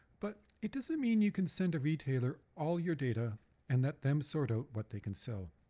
but it doesn't mean you can send a retailer all your data and let them sort of what they can sell.